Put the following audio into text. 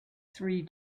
three